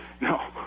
No